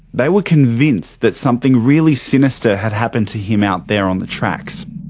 they were convinced that something really sinister had happened to him out there on the tracks.